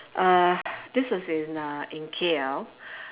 uh this was in uh in K_L